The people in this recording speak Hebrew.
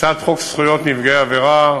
הצעת חוק זכויות נפגעי עבירה,